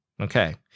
Okay